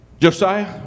Josiah